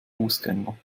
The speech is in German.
fußgänger